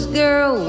girl